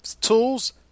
Tools